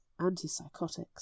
antipsychotics